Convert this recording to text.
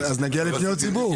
אז נגיע לפניות ציבור.